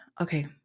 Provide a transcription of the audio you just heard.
Okay